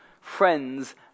friends